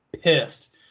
pissed